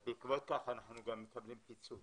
בעקבות כך, אנחנו מקבלים פיצוי